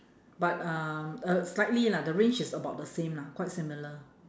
but um uh slightly lah the range is about the same lah quite similar